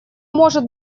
может